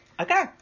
Okay